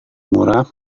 murah